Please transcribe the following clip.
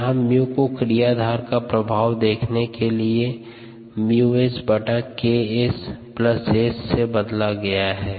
यहाँ 𝜇 को क्रियाधार का प्रभाव देखने के लिए 𝜇mSKs S से बदला गया है